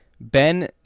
Ben